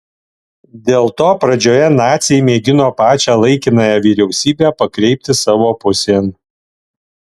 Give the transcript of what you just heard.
dėl to pradžioje naciai mėgino pačią laikinąją vyriausybę pakreipti savo pusėn